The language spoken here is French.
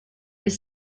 est